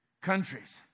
countries